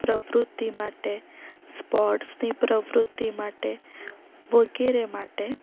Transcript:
પ્રવૃત્તિ માટે સ્પોર્ટ્સની પ્રવૃત્તિ માટે વગેરે માટે